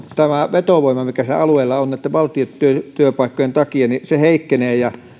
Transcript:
vetovoima mikä alueella on näitten valtion työpaikkojen takia heikkenee ja